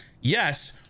yes